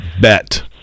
bet